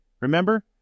Remember